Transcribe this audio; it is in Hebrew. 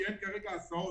כי אין כרגע הסעות.